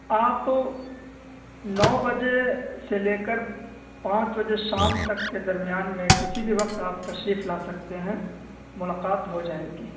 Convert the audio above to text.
آپ نو بجے سے لے کر پانچ بجے شام تک کے درمیان میں کسی بھی وقت آپ تشریف لا سکتے ہیں ملاقات ہو جائے گی